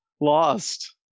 Lost